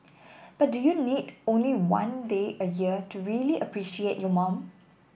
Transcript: but do you need only one day a year to really appreciate your mom